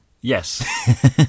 Yes